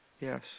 yes